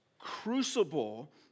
crucible